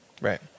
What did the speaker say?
Right